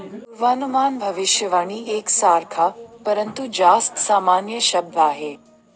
पूर्वानुमान भविष्यवाणी एक सारखा, परंतु जास्त सामान्य शब्द आहे